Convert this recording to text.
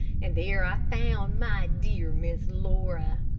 and there i found my dear miss laura.